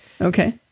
okay